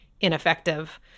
ineffective